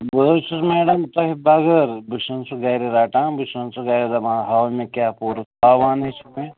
بہٕ حظ چھُس میڈم تۄہہِ بَغٲر بہٕ چھُسَن سُہ گَرِ رٹان بہٕ چھُسَن سُہ گرِ دَپان ہاو مےٚ کیٛاہ پوٚرُتھ ہاوان ہے چھِ مےٚ